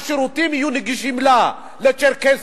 שהשירותים יהיו נגישים לצ'רקסים,